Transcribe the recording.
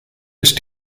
ist